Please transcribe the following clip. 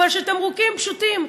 אבל של תמרוקים פשוטים,